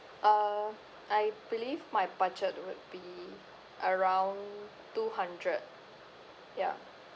uh I believe my budget would be around two hundred ya